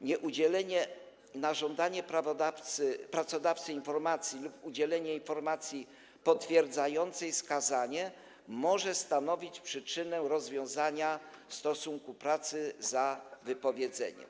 nieudzielenie na żądanie pracodawcy takiej informacji lub udzielenie informacji potwierdzającej skazanie może stanowić przyczynę rozwiązania stosunku pracy za wypowiedzeniem.